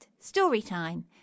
Storytime